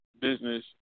business